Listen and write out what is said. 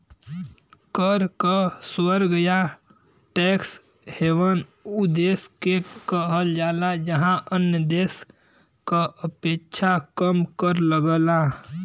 कर क स्वर्ग या टैक्स हेवन उ देश के कहल जाला जहाँ अन्य देश क अपेक्षा कम कर लगला